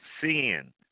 sin